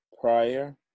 prior